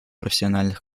профессиональных